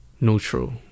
neutral